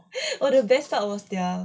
oh the best part was their